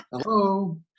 hello